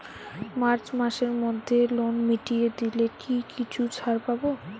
March মাসের মধ্যে loan মিটিয়ে দিলে কি কিছু ছাড় পাব?